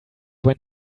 when